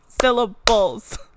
syllables